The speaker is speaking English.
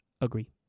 Agree